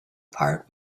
part